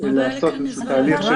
זה לעשות איזה שהוא תהליך.